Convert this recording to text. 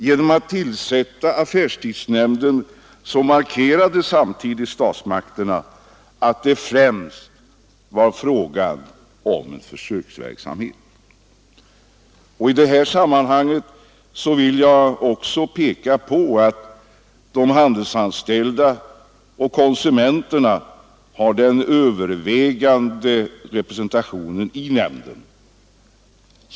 Genom att tillsätta affärstidsnämnden markerade statsmakterna att det främst var fråga om en försöksverksamhet. Jag vill i sammanhanget också peka på att de handelsanställda och konsumenterna har den övervägande representationen i nämnden.